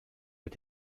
mit